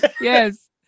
yes